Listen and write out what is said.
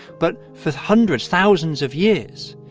but for hundreds, thousands of years.